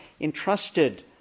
entrusted